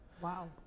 Wow